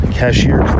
cashier